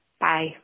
Bye